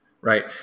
right